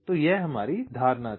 तो यह हमारी धारणा थी